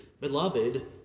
beloved